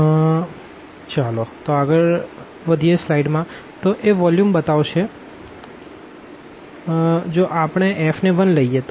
VfxyzdVj1nfxjyjzjVj તો એ volume બતાવશે જો આપણે f ને 1 લઈએ તો